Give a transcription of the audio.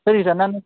ಸರಿ ಸರ್ ನಾನು